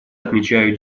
отмечаю